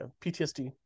PTSD